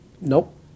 Nope